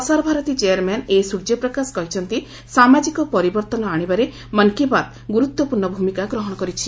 ପ୍ରସାର Bharati chairman A Suryaprakash କହିଛନ୍ତି' ସାମାଜିକ ପରିବର୍ତ୍ତନ ଆଣିବାରେ ମନ୍ କି ବାତ୍ ଗୁରୁତ୍ୱପୂର୍ଣ୍ଣ ଭୂମିକା ଗ୍ରହଣ କରିଛି